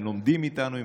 הם לומדים איתנו,